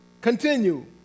Continue